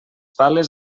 pales